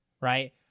right